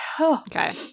okay